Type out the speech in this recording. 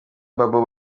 babo